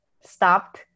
stopped